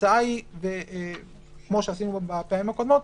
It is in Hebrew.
ההצעה היא כמו שעשינו בפעמים הקודמות,